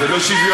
זה לא שוויוני.